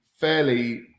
fairly